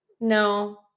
No